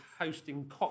hosting